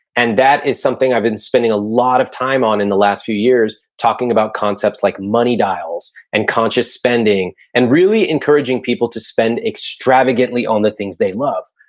and that is something i've been spending a lot of time on in the last few years, talking about concepts like money dials, and conscious spending and really encouraging people to spend extravagantly on the things they love.